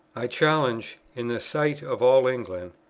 i challenge, in the sight of all england,